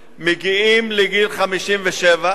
מגיעים לגיל 67,